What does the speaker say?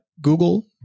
google